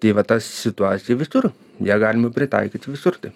tai va ta situacija visur ją galima pritaikyti visur tai